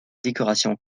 décoration